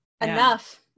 enough